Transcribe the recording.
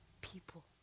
people